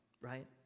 right